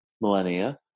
millennia